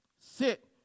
sit